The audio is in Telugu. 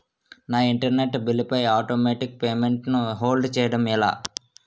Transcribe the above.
నా ఇంటర్నెట్ బిల్లు పై ఆటోమేటిక్ పేమెంట్ ను హోల్డ్ చేయటం ఎలా?